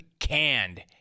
Canned